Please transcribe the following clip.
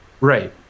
Right